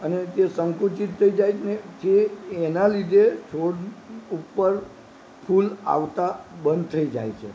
અને તે સંકુચિત થઈ જાય છે જે એના લીધે છોડ ઉપર ફૂલ આવતા બંધ થઈ જાય છે